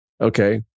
Okay